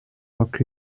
rock